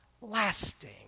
lasting